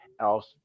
else